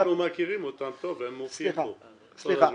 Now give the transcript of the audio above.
אנחנו מכירים אותם טוב, הם מופיעים פה כל הזמן.